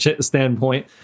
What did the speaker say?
standpoint